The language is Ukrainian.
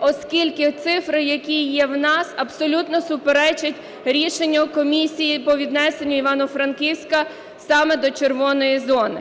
оскільки цифри, які є в нас, абсолютно суперечать рішенню комісії по віднесенню Івано-Франківська саме до "червоної" зони.